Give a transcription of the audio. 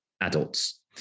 adults